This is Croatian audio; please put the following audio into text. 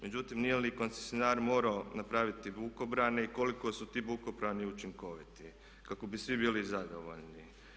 Međutim, nije li koncesionar morao napraviti bukobrane i koliko su ti bukobrani učinkoviti kako bi svi bili zadovoljni.